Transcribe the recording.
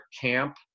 camp